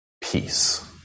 peace